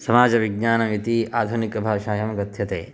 समाजविज्ञानम् इति आधुनिकभाषायां कथ्यते